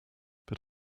but